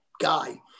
guy